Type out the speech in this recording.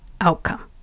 outcome